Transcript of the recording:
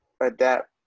adapt